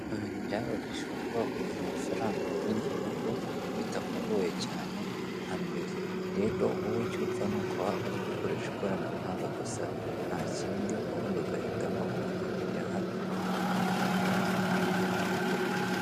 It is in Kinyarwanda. Ubu ibintu byaroshe ushobora kuba wakohereza amafaranga mu bindi bihugu bitakugoye cyane nka mbere, rero wowe icyo upfa ni ukuba uzi gukoresha ikoranabuhanga gusa, nta kindi ubundi ugahitamo uwo ugiye kuyaha hanyuma yamugeraho akakubwira.